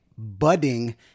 budding